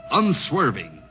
unswerving